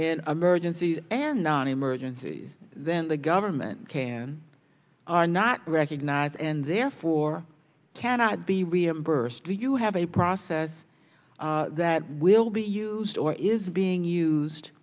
in emergency and nonemergency then the government are not recognized and therefore cannot be reimbursed do you have a process that will be used or is being used